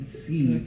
see